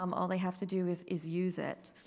um all they have to do is is use it.